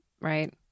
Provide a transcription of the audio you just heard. right